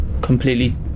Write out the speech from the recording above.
completely